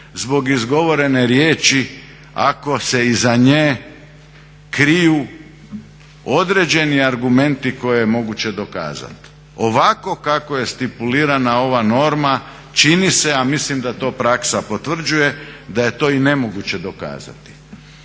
zbog izgovorene riječi ako se iza nje kriju određeni argumenti koje je moguće dokazati. Ovako kako je stipulirana ova norma, čini se, a mislim da to praksa potvrđuje da je to i nemoguće dokazati.